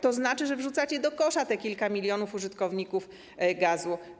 To znaczy, że wrzucacie do kosza tych kilka milionów użytkowników gazu.